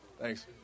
Thanks